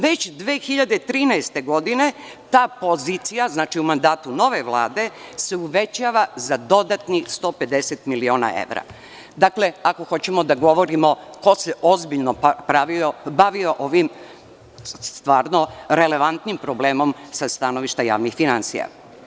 Već 2013. godine ta pozicija, u mandatu nove Vlade, se uvećava za dodatnih 150 miliona evra, ako hoćemo da govorimo o tome ko se ozbiljno bavio ovim, stvarno relevantnim problemom, sa stanovišta javnih finansija.